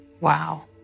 Wow